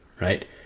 right